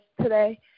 today